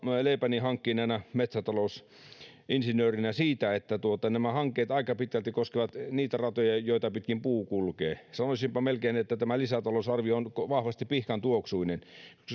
leipäni hankkineena metsätalousinsinöörinä siitä että nämä hankkeet aika pitkälti koskevat niitä ratoja joita pitkin puu kulkee sanoisinpa melkein että tämä lisätalousarvio on vahvasti pihkan tuoksuinen